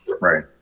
Right